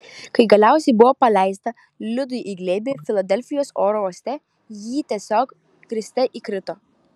kai galiausiai buvo paleista liudui į glėbį filadelfijos oro uoste ji tiesiog kriste įkrito